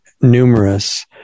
numerous